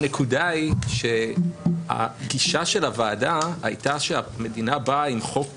הנקודה היא שהגישה של הוועדה הייתה שהמדינה באה עם חוק